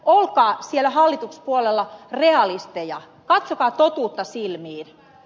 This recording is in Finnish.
olkaa siellä hallituspuolella realisteja katsokaa totuutta silmiin